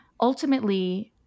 ultimately